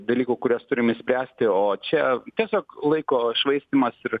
dalykų kuriuos turim išspręsti o čia tiesiog laiko švaistymas ir